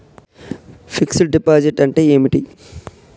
Fix డ్ deposit అంటే ఏమిటి?